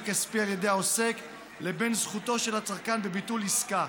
כספי על ידי העוסק לעניין זכותו של הצרכן לביטול עסקה.